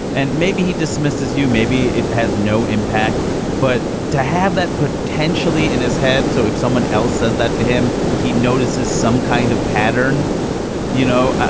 and maybe he dismisses you, maybe it has no impact but to have that potentially in his head. so if someone else says that to him, he notices some kind of pattern you know, ah